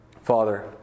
Father